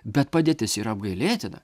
bet padėtis yra apgailėtina